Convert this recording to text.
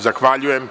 Zahvaljujem.